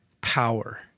power